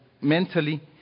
mentally